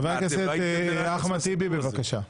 חבר הכנסת אחמד טיבי, בבקשה.